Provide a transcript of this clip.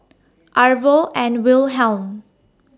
Arvo and Wilhelm